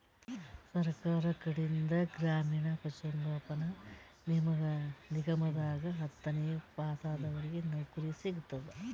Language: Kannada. ಸರ್ಕಾರ್ ಕಡೀನ್ದ್ ಗ್ರಾಮೀಣ್ ಪಶುಸಂಗೋಪನಾ ನಿಗಮದಾಗ್ ಹತ್ತನೇ ಪಾಸಾದವ್ರಿಗ್ ನೌಕರಿ ಸಿಗ್ತದ್